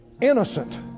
innocent